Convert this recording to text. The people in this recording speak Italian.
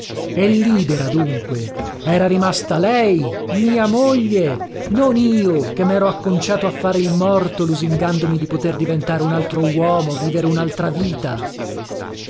e libera dunque era rimasta lei mia moglie non io che mero acconciato a fare il morto lusingandomi di poter diventare un altro uomo vivere unaltra vita